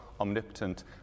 omnipotent